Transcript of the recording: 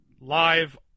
live